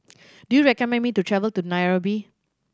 do you recommend me to travel to Nairobi